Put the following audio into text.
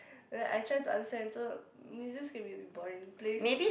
but then I try to understand also museums can be a bit boring place